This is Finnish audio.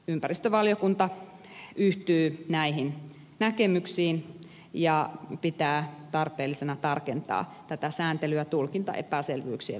ympäristövaliokunta yhtyy näihin näkemyksiin ja pitää tarpeellisena tarkentaa tätä sääntelyä tulkintaepäselvyyksien välttämiseksi